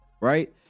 right